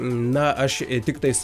na aš tiktais j